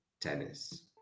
tennis